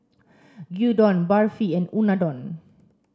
Gyudon Barfi and Unadon